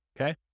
Okay